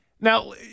Now